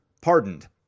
pardoned